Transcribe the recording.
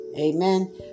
Amen